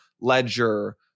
Ledger